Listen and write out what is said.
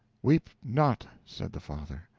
weep not, said the father,